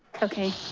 okay,